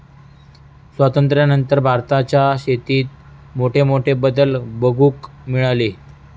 स्वातंत्र्यानंतर भारतातल्या शेतीत मोठमोठे बदल बघूक मिळाले